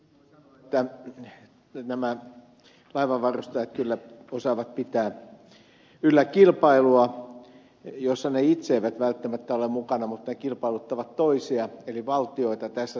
voin sanoa että nämä laivanvarustajat kyllä osaavat pitää yllä kilpailua jossa ne itse eivät välttämättä ole mukana mutta ne kilpailuttavat toisia eli valtioita tässä tapauksessa